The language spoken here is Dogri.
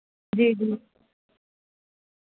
जी जी